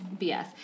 BS